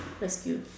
that's skill